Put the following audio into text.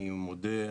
אני מודה,